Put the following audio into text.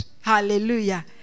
Hallelujah